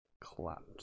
Clapped